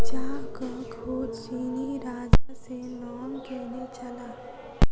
चाहक खोज चीनी राजा शेन्नॉन्ग केने छलाह